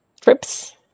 trips